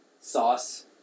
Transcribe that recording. sauce